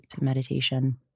meditation